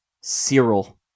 Cyril